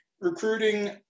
recruiting